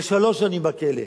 לשלוש שנים בכלא.